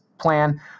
plan